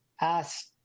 ask